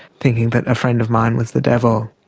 thinking that a friend of mine was the devil.